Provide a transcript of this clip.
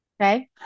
okay